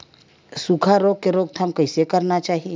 सुखा रोग के रोकथाम कइसे करना चाही?